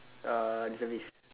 ah reservist